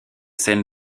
scènes